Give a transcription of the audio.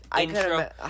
intro